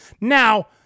Now